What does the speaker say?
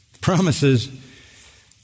Promises